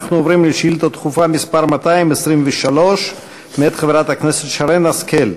אנחנו עוברים לשאילתה דחופה מס' 223 מאת חברת הכנסת שרן השכל,